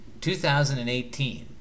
2018